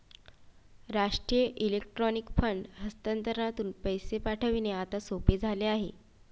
राष्ट्रीय electronic fund हस्तांतरणातून पैसे पाठविणे आता सोपे झाले आहे